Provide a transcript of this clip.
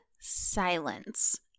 silence